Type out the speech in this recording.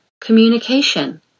communication